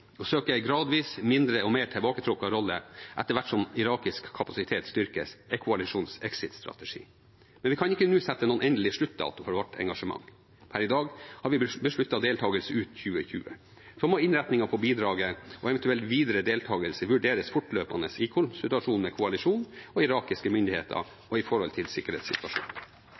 Å søke en gradvis mindre og mer tilbaketrukket rolle etter hvert som irakisk kapasitet styrkes, er koalisjonens exit-strategi. Men vi kan ikke nå sette noen endelig sluttdato for vårt engasjement. Per i dag har vi besluttet deltagelse ut 2020. Så må innretningen på bidraget og eventuell videre deltagelse vurderes fortløpende i konsultasjon med koalisjonen og irakiske myndigheter og med hensyn til sikkerhetssituasjonen.